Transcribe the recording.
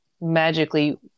magically